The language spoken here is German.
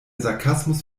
sarkasmus